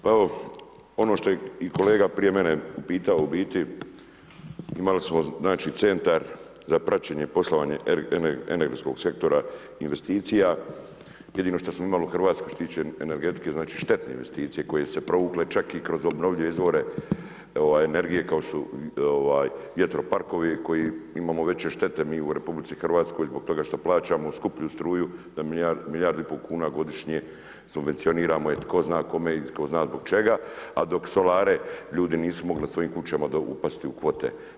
Pa evo, ono što je i kolega prije mene pitao u biti, imali smo Centar za praćenje poslovanja energetskog sektora investicija, jedino što smo imali u Hrvatskoj što se tiče energetike, znači štetne investicije koje su se provukle čak i kroz obnovljive izvore energije kao što su vjetroparkovi koji imamo veće štete u RH zbog toga što plaćamo skuplju struju za milijardi i pol kuna godišnje, subvencioniramo je tko zna kome i tko zna zbog čega a dok solare ljudi nisu mogli na svojim kućama upasti u kvote.